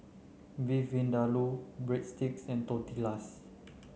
Beef Vindaloo Breadsticks and Tortillas